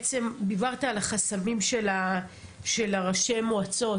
דיברת על החסמים של ראשי המועצות.